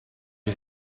che